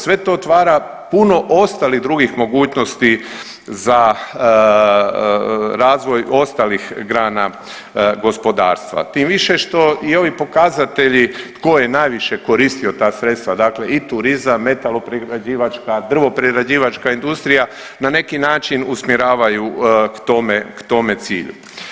Sve to otvara puno ostalih drugih mogućnosti za razvoj ostalih grana gospodarstva, tim više što i ovi pokazatelji tko je najviše koristio ta sredstva, dakle i turizam, metaloprerađivačka, drvoprerađivačka industrija na neki način usmjeravaju k tome cilju.